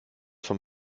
von